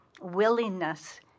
willingness